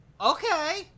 Okay